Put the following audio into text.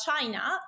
China